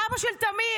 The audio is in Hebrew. אבא של תמיר,